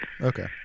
Okay